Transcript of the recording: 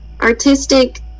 artistic